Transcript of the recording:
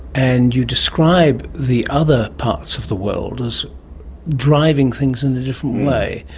and you describe the other parts of the world as driving things in a different way.